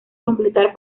completar